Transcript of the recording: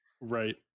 right